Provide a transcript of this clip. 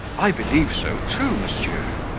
i believe so, too, monsieur